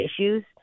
issues